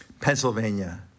Pennsylvania